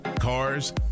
cars